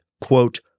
quote